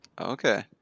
Okay